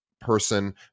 person